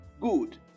good